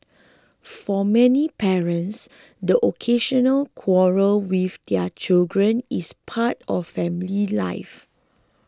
for many parents the occasional quarrel with their children is part of family life